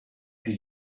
più